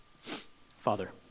Father